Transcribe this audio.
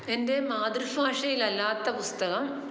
എന്റെ മാതൃഭാഷയിൽ അല്ലാത്ത പുസ്തകം